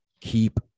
keep